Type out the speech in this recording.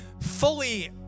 fully